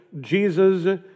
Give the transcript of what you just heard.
Jesus